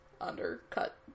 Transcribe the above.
undercut